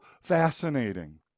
fascinating